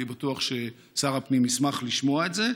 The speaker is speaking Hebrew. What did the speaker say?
אני בטוח ששר הפנים ישמח לשמוע את ז:.